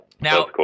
now